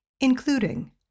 including